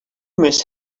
miss